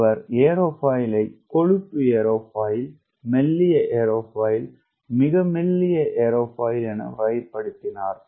அவர் ஏரோஃபாயிலை கொழுப்பு ஏரோஃபாயில் மெல்லிய ஏரோஃபைல் மிக மெல்லிய ஏரோஃபாயில் என வகைப்படுத்தினார்